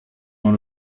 dans